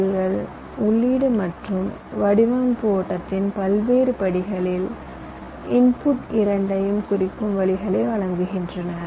எல்கள் உள்ளீடுகள் மற்றும் வடிவமைப்பு ஓட்டத்தின் பல்வேறு படிநிலைகளின் வெளியீடுகள் இரண்டையும் குறிக்கும் வழிகளை வழங்குகின்றன